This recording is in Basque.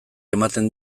ematen